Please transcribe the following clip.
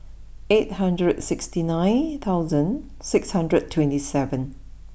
eight hundred sixty nine thousand six hundred twenty seven